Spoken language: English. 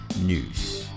news